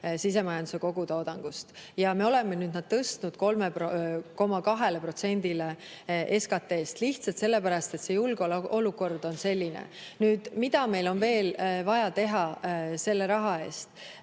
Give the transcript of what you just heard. sisemajanduse kogutoodangust. Me oleme need tõstnud 3,2%‑le SKT‑st, lihtsalt sellepärast, et julgeolekuolukord on selline. Mida meil on veel vaja teha selle raha eest?